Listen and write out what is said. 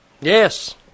Yes